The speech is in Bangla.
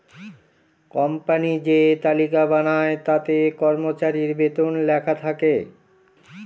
কোম্পানি যে তালিকা বানায় তাতে কর্মচারীর বেতন লেখা থাকে